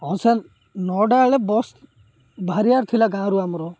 ହଁ ସାର୍ ନଅଟା ବେଳେ ବସ୍ ବାହାରିିବାର ଥିଲା ଗାଁରୁ ଆମର